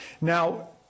Now